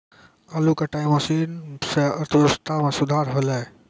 आलू कटाई मसीन सें अर्थव्यवस्था म सुधार हौलय